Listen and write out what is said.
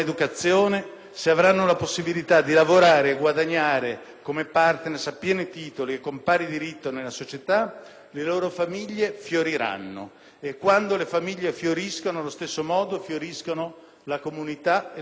se avranno la possibilità di lavorare e guadagnare come partner a pieno titolo e con pari diritto nella società, le loro famiglie fioriranno. E quando le famiglie fioriscono allo stesso modo fioriscono la comunità e la Nazione.